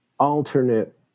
alternate